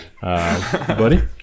Buddy